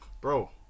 bro